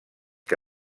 que